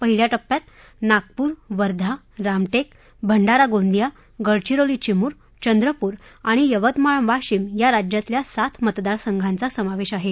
पहिल्या टप्प्यात नागपूर वर्धा रामटेक भंडारा गोंदिया गडचिरोली चिमूर चंद्रपूर आणि यवतमाळ वाशिम या राज्यातल्या सात मतदार संघांचा समावेश आहे